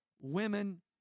women